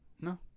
No